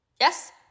Yes